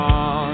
on